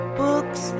books